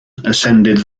ascended